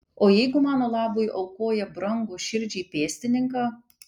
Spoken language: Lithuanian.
o jeigu mano labui aukoja brangų širdžiai pėstininką